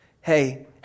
Hey